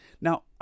Now